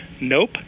Nope